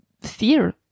fear